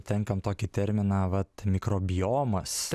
tempiam tokį terminą vat mikrobiomas